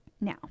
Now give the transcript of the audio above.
Now